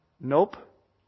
Nope